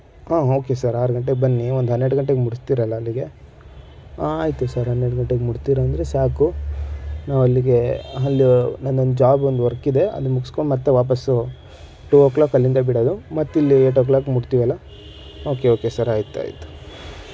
ಹಾ okay sir ಆರು ಗಂಟೆಗೆ ಬನ್ನಿ ಒಂದು ಹನ್ನೆರಡು ಗಂಟೆಗೆ ಮುಟ್ಟಿಸ್ತೀರಲ್ಲ ಅಲ್ಲಿಗೆ ಆ ಆಯ್ತು ಸರ್ ಹನ್ನೆರಡು ಗಂಟೆಗೆ ಮುಟ್ತೀರಂದರೆ ಸಾಕು ಅಲ್ಲಿಗೆ ಅಲ್ಲಿ ನಂದೊಂದು ಜಾಬ್ ಒಂದು ವರ್ಕಿದೆ ಅದು ಮುಗಿಸ್ಕೊಂಡು ಮತ್ತೆ ವಾಪಸ್ಸು ಟೂ ಓ ಕ್ಲಾಕ್ ಅಲ್ಲಿಂದ ಬಿಡೋದು ಮತ್ತೆ ಇಲ್ಲಿ ಎಯ್ಟ್ ಓ ಕ್ಲಾಕ್ ಮುಟ್ತೀವಲ್ಲ ಓಕೆ ಓಕೆ ಸರ್ ಆಯಿತು ಆಯಿತು